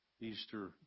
Easter